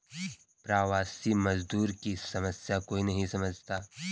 प्रवासी मजदूर की समस्या कोई नहीं समझता